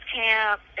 camp